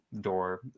door